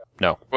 No